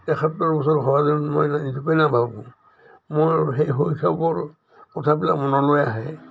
এসত্তৰ বছৰ হোৱা যেন মই নিজকে নাভাবোঁ মোৰ সেই শৈশৱৰ কথাবিলাক মনলৈ আহে